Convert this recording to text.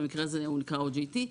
במקרה הזה הוא נקרא OJT,